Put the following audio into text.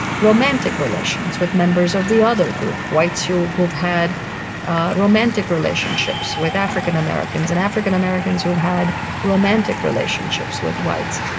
romantic relations with members of the other group, whites who've who've had romantic relationships with african americans, and african americans who've had romantic relationships with whites,